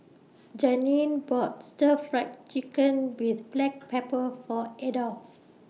Janeen bought Stir Fry Chicken with Black Pepper For Adolf